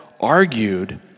argued